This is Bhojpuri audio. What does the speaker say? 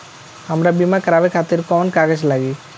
हमरा बीमा करावे खातिर कोवन कागज लागी?